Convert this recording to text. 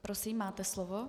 Prosím, máte slovo.